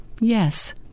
yes